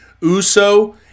Uso